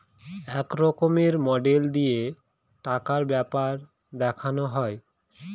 এক রকমের মডেল দিয়ে টাকার ব্যাপার দেখানো হয়